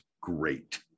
great